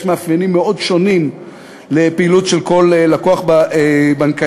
יש מאפיינים מאוד שונים לפעילות של כל לקוח בנקאי.